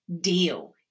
deal